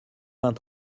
vingt